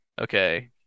Okay